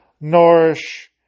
Nourish